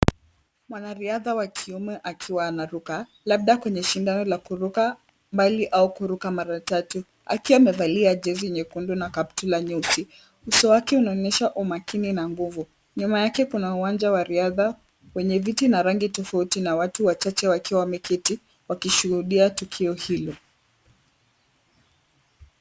Mwanariadha wa kiume akiwa anaruka, labda kwenye shindano la kuruka mbali au kuruka mara tatu, akiwa amevalia jezi nyekundu na kaptura nyeusi. Uso wake unaonyesha umakini na nguvu. Nyuma yake kuna uwanja wa riadha wenye viti na rangi tofauti na watu wachahe wakiwa wameketi wakishuhudia tukio hilo.